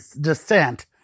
descent